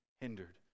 hindered